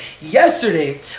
Yesterday